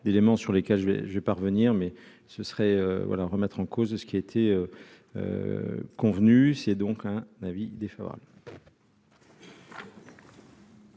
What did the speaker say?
d'éléments sur lesquels je vais, je vais pas revenir, mais ce serait voilà, remettre en cause ce qui a été convenu c'est donc un avis défavorable.